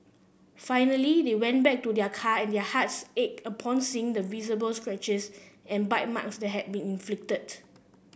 finally they went back to their car and their hearts ached upon seeing the visible scratches and bite marks that had been inflicted